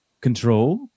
control